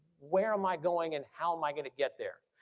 where am i going and how am i gonna get there?